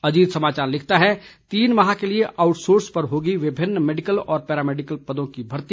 अजीत समाचार लिखता है तीन माह के लिए आउटसोर्स पर होगी विभिन्न मेडिकल व पैरामेडिकल पदों की भर्ती